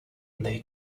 they